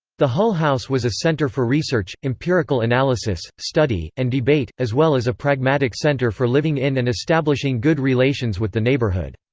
the hull house was a center for research, empirical analysis, study, and debate, as well as a pragmatic center for living in and establishing good relations with the neighborhood.